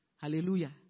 Hallelujah